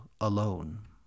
alone